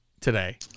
today